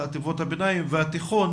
חטיבות הביניים והתיכון